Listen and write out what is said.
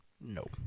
Nope